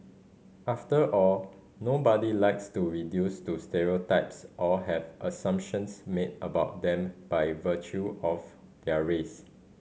after all nobody likes to reduced to stereotypes or have assumptions made about them by virtue of their race